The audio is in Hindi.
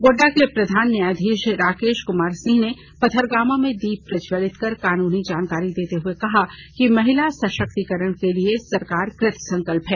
गोड्डा के प्रधान न्यायाधीश राकेश कुमार सिंह ने पथरगामा में दीप प्रज्वलित कर कानूनी जानकारी देते हुए कहा कि महिला सशक्तिकरण के लिए सरकार कृत संकल्प है